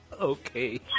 okay